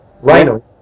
Rhino